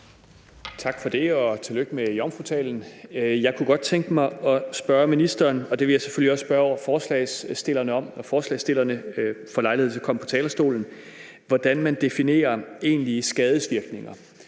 Tak for det. Og tillykke med jomfrutalen. Jeg kunne godt tænke mig at spørge ministeren – og det vil jeg selvfølgelig også spørge forslagsstillerne om, når forslagsstillerne får lejlighed til at komme på talerstolen – hvordan man definerer egentlige skadevirkninger.